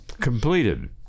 completed